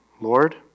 Lord